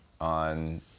on